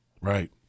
right